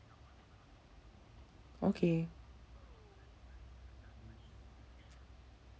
okay